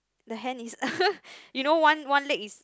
the hand is you know one one leg is